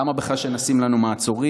למה בכלל שנשים לנו מעצורים?